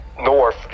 north